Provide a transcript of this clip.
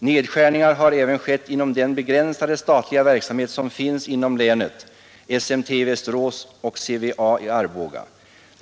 Nedskärningar har även skett inom den begränsade statliga verksamhet som finns inom länet — SMT i Västerås och CVA i Arboga.